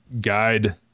guide